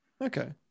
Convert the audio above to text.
okay